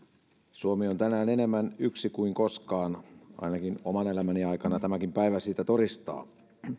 suomi on tänään enemmän yksi kuin koskaan ainakin oman elämäni aikana tämäkin päivä siitä todistaa